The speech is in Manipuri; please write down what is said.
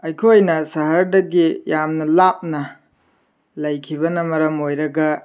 ꯑꯩꯈꯣꯏꯅ ꯁꯍꯔꯗꯒꯤ ꯌꯥꯝꯅ ꯂꯥꯞꯅ ꯂꯩꯈꯤꯕꯅ ꯃꯔꯝ ꯑꯣꯏꯔꯒ